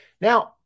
Now